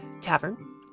tavern